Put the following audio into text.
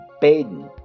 Baden